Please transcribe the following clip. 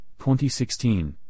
2016